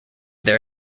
their